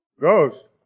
Ghost